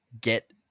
get